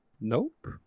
nope